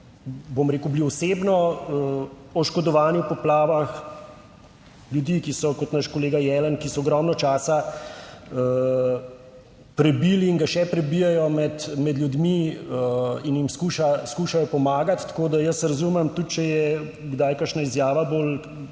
bom rekel, bili osebno oškodovani v poplavah. Ljudi, ki so kot naš kolega Jelen, ki so ogromno časa prebili in ga še prebijejo med ljudmi in jim skuša skušajo pomagati. Tako da jaz razumem, tudi če je kdaj kakšna izjava bolj